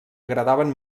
agradaven